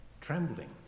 trembling